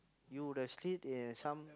you would have eh some